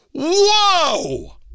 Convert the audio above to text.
Whoa